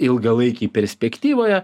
ilgalaikėj perspektyvoje